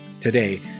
today